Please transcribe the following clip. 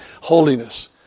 holiness